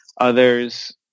Others